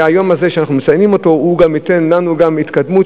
שהיום הזה שאנחנו מציינים ייתן לנו גם התקדמות,